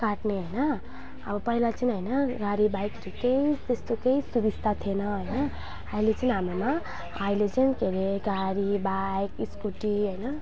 काट्ने होइन अब पहिला चाहिँ होइन गाडी बाइक केही त्यस्तो केही सुबिस्ता थिएन होइन अहिले चाहिँ हाम्रोमा अहिले चाहिँ के अरे गाडी बाइक स्कुटी होइन